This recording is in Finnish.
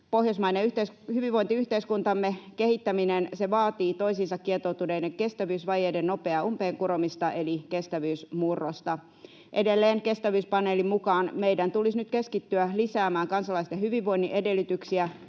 Pohjoismaisen hyvinvointiyhteiskuntamme kehittäminen vaatii toisiinsa kietoutuneiden kestävyysvajeiden nopeaa umpeen kuromista eli kestävyysmurrosta. Edelleen Kestävyyspaneelin mukaan meidän tulisi nyt keskittyä lisäämään kansalaisten hyvinvoinnin edellytyksiä